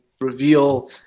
reveal